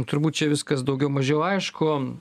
turbūt čia viskas daugiau mažiau aišku